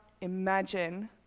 imagine